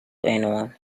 anyone